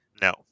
No